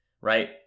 right